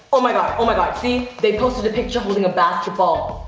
oh my god, oh my god, see? they posted a picture holding a basketball.